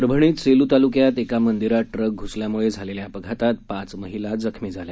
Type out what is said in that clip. परभणीत सेलू तालुक्यात एका मंदिरात ट्रक घुसल्यामुळे झालेल्या अपघातात पाच महिला जखमी झाल्या